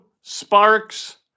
Sparks